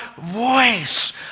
voice